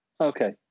Okay